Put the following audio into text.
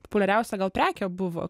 populiariausia gal prekė buvo